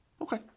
okay